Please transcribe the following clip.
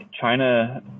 China